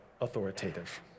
authoritative